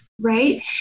right